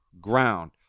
ground